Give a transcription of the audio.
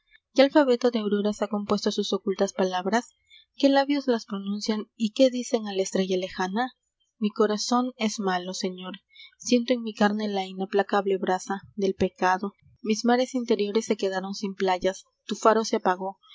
alfabeto de auroras ha compuesto sus ocultas palabras qué labios las pronuncian y qué dicen a la estrella lejana mi corazón es malo señor siento en mi carne la inaplacable brasa del pecado mis mares interiores se quedaron sin playas tu faro se apagó